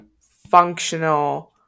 functional